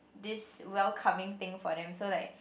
this welcoming thing for them so like